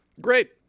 Great